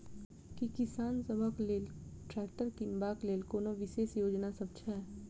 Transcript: की किसान सबहक लेल ट्रैक्टर किनबाक लेल कोनो विशेष योजना सब छै?